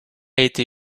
été